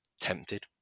tempted